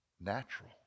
natural